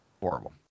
horrible